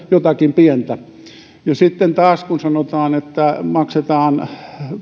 jotakin pientä sitten taas kun sanotaan että maksetaan